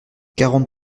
quarante